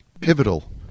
pivotal